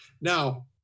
Now